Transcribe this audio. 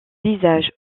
visage